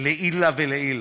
לעילא ולעילא,